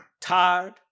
tired